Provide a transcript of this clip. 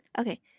Okay